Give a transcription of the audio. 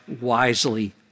wisely